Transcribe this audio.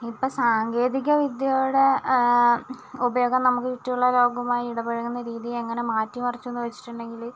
ഇപ്പം സാങ്കേതിക വിദ്യയുടെ ഉപയോഗം നമുക്ക് ചുറ്റുമുള്ള ലോകവുമായി ഇടപഴകുന്ന രീതിയെ എങ്ങനെ മാറ്റിമറിച്ചു എന്ന് ചോദിച്ചിട്ടുണ്ടെങ്കിൽ